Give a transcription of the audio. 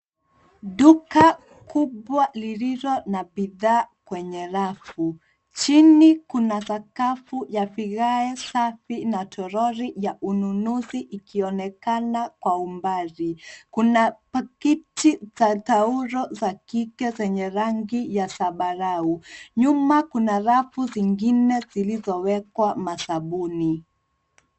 Duka kubwa lililo na bidhaa kwenye rafu. Chini kuna sakafu ya vigae safi na toroli ya ununuzi ikionekana kwa umbali. Kuna pakiti za taulo ya kike zenye rangi ya zambarau. Nyuma kuna rafu zingine zilizowekwa masabuni.